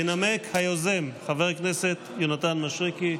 ינמק היוזם חבר הכנסת יונתן מישרקי,